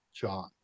John